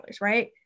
right